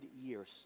years